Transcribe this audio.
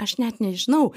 aš net nežinau